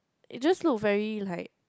it just look very like